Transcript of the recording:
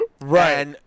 Right